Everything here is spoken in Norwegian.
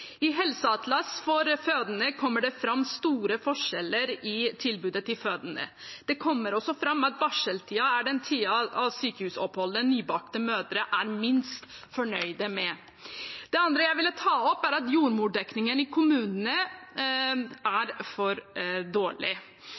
Helseatlas for fødselshjelp kommer det fram at det er store forskjeller i tilbudet til fødende. Det kommer også fram at barseltiden er den tiden av sykehusoppholdet som nybakte mødre er minst fornøyd med. Det andre jeg vil ta opp, er at jordmordekningen i kommunene er for dårlig.